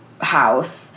house